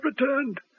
returned